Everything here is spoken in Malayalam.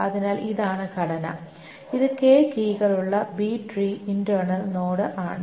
അതിനാൽ ഇതാണ് ഘടന ഇത് കീകളുള്ള ബി ട്രീ ഇന്റെർണൽ നോഡ് ആണ്